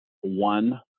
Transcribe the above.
one